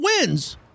wins